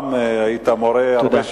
גם היית מורה הרבה שנים.